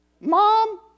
Mom